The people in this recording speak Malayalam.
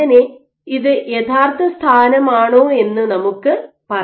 അങ്ങനെ ഇത് യഥാർത്ഥ സ്ഥാനമാണോ എന്ന് നമുക്ക് പറയാം